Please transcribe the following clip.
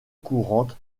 courante